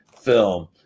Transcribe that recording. film